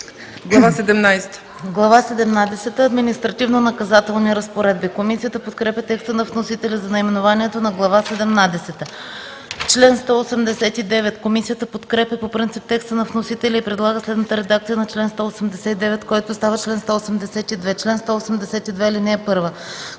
„Глава седемнадесета – Административнонаказателни разпоредби”. Комисията подкрепя текста на вносителя за наименованието на Глава седемнадесета. Комисията подкрепя по принцип текста на вносителя и предлага следната редакция на чл. 189, който става чл. 182: „Чл. 182. (1) Който